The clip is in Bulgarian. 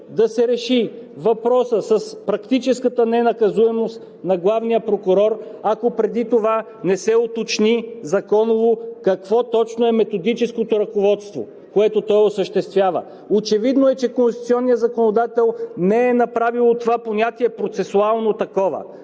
да се реши въпросът с практическата ненаказуемост на главния прокурор, ако преди това не се уточни законово какво точно е методическото ръководство, което той осъществява. Очевидно е, че конституционният законодател не е направил това понятие процесуално такова.